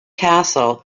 castle